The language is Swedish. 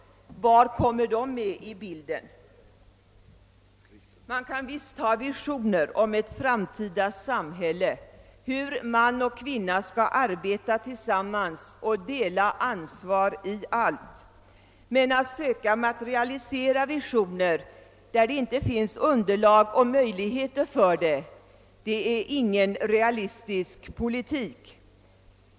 Var kommer de in i bilden? Man kan visst ha visioner om hur i ett framtida samhälle man och kvinna skall arbeta tillsammans och dela ansvar i allt, men att söka materialisera visioner för vilka det inte finns underlag och möjligheter är inte någon realistisk politik.